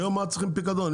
היום למה צריכים פיקדון?